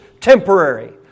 temporary